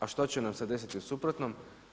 A što će nam se desiti u suprotnom?